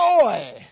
joy